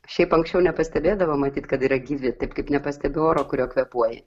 šiaip anksčiau nepastebėdavo matyt kad yra gyvi taip kaip nepastebi oro kuriuo kvėpuoji